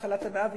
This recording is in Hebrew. מחלת המאה,